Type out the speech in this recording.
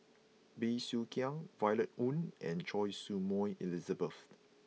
Bey Soo Khiang Violet Oon and Choy Su Moi Elizabeth